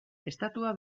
estatua